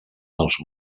els